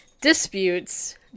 disputes